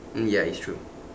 mm ya it's true